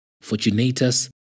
Fortunatus